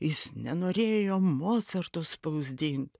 jis nenorėjo mocarto spausdint